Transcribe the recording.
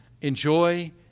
enjoy